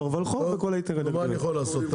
תעבור ולחו"פ וכל היתר --- מה אני יכול לעשות?